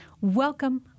Welcome